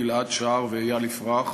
גיל-עד שער ואיל יפרח,